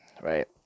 right